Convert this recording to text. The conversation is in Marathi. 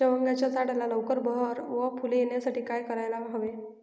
शेवग्याच्या झाडाला लवकर बहर व फूले येण्यासाठी काय करायला हवे?